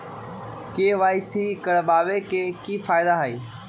KYC करवाबे के कि फायदा है?